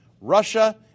Russia